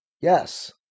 Yes